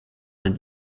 vingt